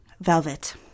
Velvet